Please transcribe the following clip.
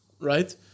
right